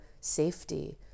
safety